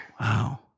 Wow